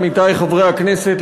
עמיתי חברי הכנסת,